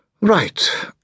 Right